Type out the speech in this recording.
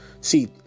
See